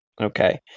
okay